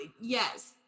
yes